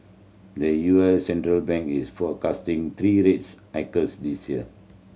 the U S central bank is forecasting three rates hikes this year